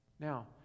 Now